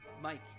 Mike